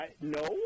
no